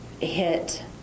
hit